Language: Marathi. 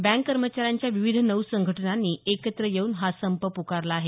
बँक कर्मचाऱ्यांच्या विविध नऊ संघटनांनी एकत्र येऊन हा संप पुकारला आहे